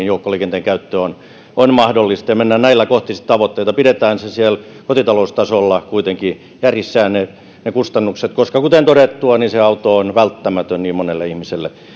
joukkoliikenteen käyttö on mahdollista siellä missä se mahdollista on ja mennään sitten näillä kohti tavoitteita pidetään kuitenkin kustannukset siellä kotitaloustasolla järjissään koska kuten todettua auto on välttämätön niin monelle ihmiselle